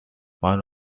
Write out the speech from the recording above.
one